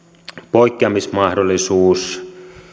poikkeamismahdollisuus